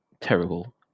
terrible